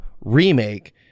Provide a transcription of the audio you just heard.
remake